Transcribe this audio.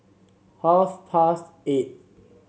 half past eight